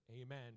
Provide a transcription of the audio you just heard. amen